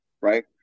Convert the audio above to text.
right